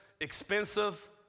expensive